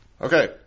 Okay